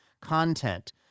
content